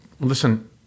listen